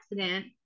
accident